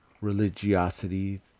religiosity